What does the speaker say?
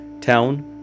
town